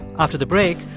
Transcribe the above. after the break,